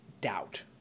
doubt